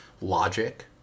logic